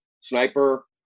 Sniper